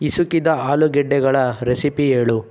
ಹಿಸುಕಿದ ಆಲೂಗೆಡ್ಡೆಗಳ ರೆಸಿಪಿ ಏಳು